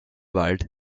wald